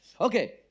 Okay